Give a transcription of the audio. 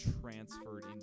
transferred